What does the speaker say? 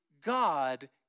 God